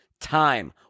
time